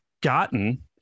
gotten